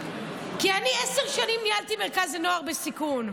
כי אני עשר שנים ניהלתי מרכז לנוער בסיכון,